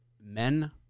men